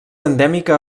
endèmica